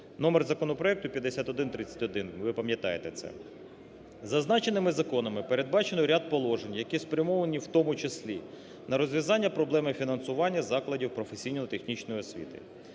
Номер законопроекту 5131, ви пам'ятаєте це. Зазначеними законами передбачено ряд положень, які спрямовані в тому числі на розв'язання проблеми фінансування закладів професійно-технічної освіти.